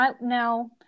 now